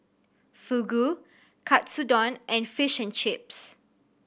Fugu Katsudon and Fish and Chips